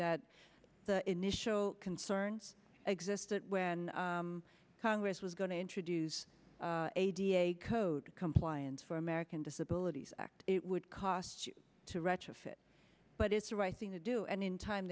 that the initial concerns existed when congress was going to introduce a da code compliance for american disabilities act it would cost to retrofit but it's the right thing to do and in time